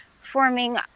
forming